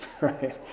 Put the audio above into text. right